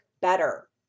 better